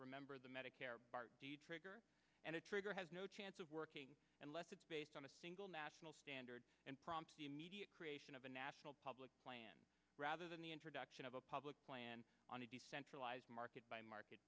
remember the medicare part d trigger and a trigger has no chance of working unless it's based on a single national standard and prompt the immediate creation of a national public plan rather than the introduction of a public plan on a decentralized market by market